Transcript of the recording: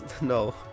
no